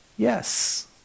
Yes